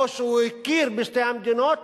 או שהוא הכיר בשתי המדינות